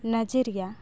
Nigeria